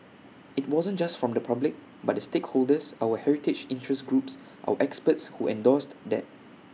IT wasn't just from the public but the stakeholders our heritage interest groups our experts who endorsed that